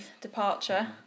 departure